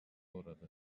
uğradı